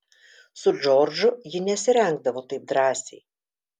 su džordžu ji nesirengdavo taip drąsiai